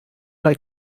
like